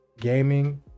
gaming